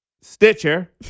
Stitcher